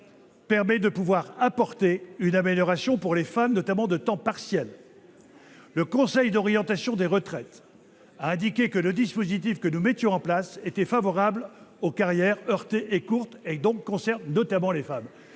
euros, ce qui apportera une amélioration pour les femmes, notamment celles à temps partiel. Le Conseil d'orientation des retraites a indiqué que le dispositif que nous mettions en place était favorable aux carrières heurtées et courtes. Il concerne donc, notamment, les femmes.